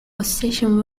ossetian